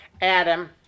Adam